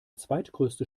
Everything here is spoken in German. zweitgrößte